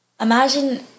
Imagine